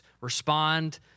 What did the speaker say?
respond